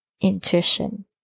intuition